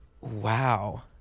Wow